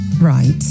Right